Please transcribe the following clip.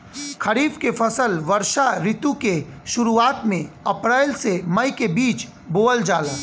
खरीफ के फसल वर्षा ऋतु के शुरुआत में अप्रैल से मई के बीच बोअल जाला